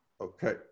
Okay